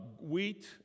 Wheat